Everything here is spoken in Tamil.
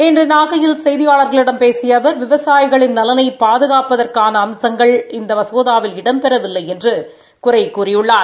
இன்று நாகையில் செய்தியாளா்களிடம் பேசிய அவர் விவசாயிகளின் நலனை பாதுகாப்பதற்கான அம்சங்கள் இந்த மசோதாவில் இடம்பெறவில்லை என்று குறை கூறியுள்ளார்